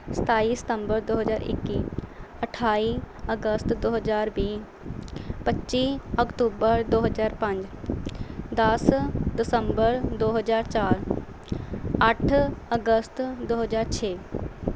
ਸਤਾਈ ਸਤੰਬਰ ਦੋ ਹਜ਼ਾਰ ਇੱਕੀ ਅਠਾਈ ਅਗਸਤ ਦੋ ਹਜ਼ਾਰ ਵੀਹ ਪੱਚੀ ਅਕਤੂਬਰ ਦੋ ਹਜ਼ਾਰ ਪੰਜ ਦਸ ਦਸੰਬਰ ਦੋ ਹਜ਼ਾਰ ਚਾਰ ਅੱਠ ਅਗਸਤ ਦੋ ਹਜ਼ਾਰ ਛੇ